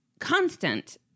constant